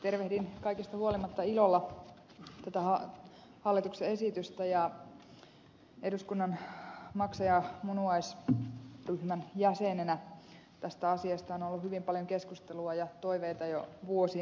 tervehdin kaikesta huolimatta ilolla tätä hallituksen esitystä ja eduskunnan maksa ja munuaisryhmän jäsenenä tästä asiasta on ollut hyvin paljon keskustelua ja toiveita jo vuosien ajan